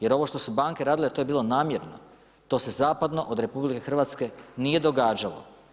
Jer ovo što su banke radile to je bilo namjerno, to se zapadno od RH nije događalo.